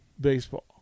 baseball